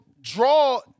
draw